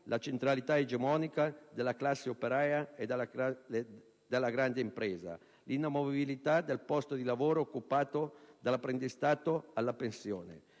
la centralità egemonica della classe operaia della grande impresa, l'inamovibilità dal posto di lavoro, occupato dall'apprendistato alla pensione.